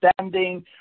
standing